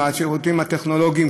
עם השירותים הטכנולוגיים,